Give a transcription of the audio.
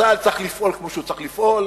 צה"ל צריך לפעול כמו שהוא צריך לפעול,